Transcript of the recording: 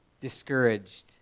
discouraged